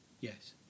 Yes